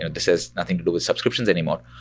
and this has nothing to do with subscriptions anymore.